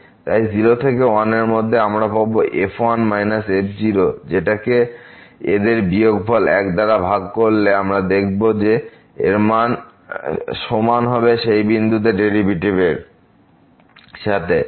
তাই 0 থেকে 1 এরমধ্যে আমরা পাব f1 f যেটাকে এদের বিয়োগফল 1 দ্বারা ভাগ করলে আমরা দেখব এর মান সমান হবে সেই বিন্দুতে ডেরিভেটিভ এর সাথে